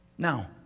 Now